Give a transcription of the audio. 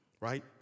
right